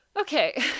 Okay